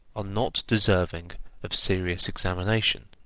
are not deserving of serious examination.